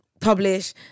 publish